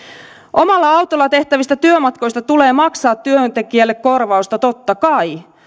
omalla autolla tehtävistä työmatkoista tulee maksaa työntekijälle korvausta totta kai